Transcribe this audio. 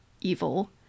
evil